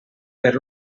per